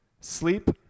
sleep